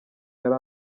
yari